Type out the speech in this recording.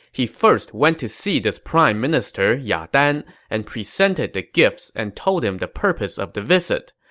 he first went to see this prime minister ya dan and presented the gifts and told him the purpose of the visit.